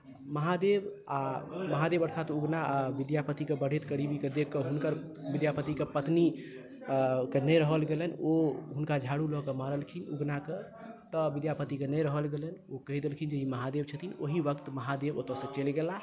महादेव आ महादेव अर्थात उगना आ विद्यापतिके बढ़ैत करीबीकेँ देखि कऽ हुनकर विद्यापतिके पत्नी केँ नहि रहल गेलनि ओ हुनका झाड़ू लऽ कऽ मारलखिन उगनाकेँ तऽ विद्यापतिकेँ नहि रहल गेलनि ओ कहि देलखिन जे ई महादेव छथिन ओही वक्त महादेव ओतयसँ चलि गेलाह